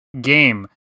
game